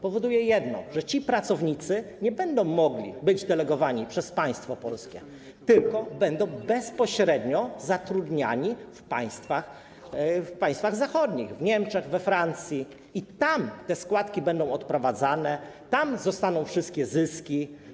Powoduje jedno: ci pracownicy nie będą mogli być delegowani przez państwo polskie, tylko będą bezpośrednio zatrudniani w państwach zachodnich, w Niemczech, we Francji, i tam te składki będą odprowadzane, tam zostaną wszystkie zyski.